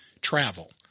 travel